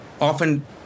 often